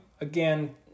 again